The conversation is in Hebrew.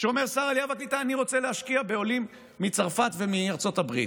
כשאומר שר העלייה והקליטה: אני רוצה להשקיע בעולים מצרפת ומארצות הברית.